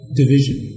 division